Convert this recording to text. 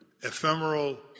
ephemeral